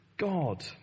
God